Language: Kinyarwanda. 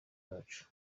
bacu